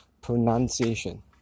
pronunciation